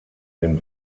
den